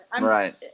Right